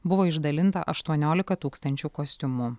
buvo išdalinta aštuoniolika tūkstančių kostiumų